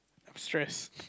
stress